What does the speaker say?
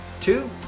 Two